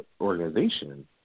organization